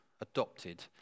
adopted